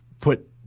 put